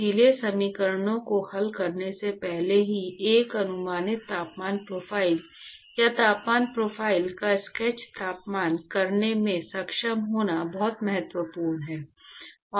इसलिए समीकरणों को हल करने से पहले ही एक अनुमानित तापमान प्रोफ़ाइल या तापमान प्रोफाइल का स्केच प्राप्त करने में सक्षम होना बहुत महत्वपूर्ण है